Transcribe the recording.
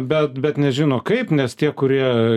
bet bet nežino kaip nes tie kurie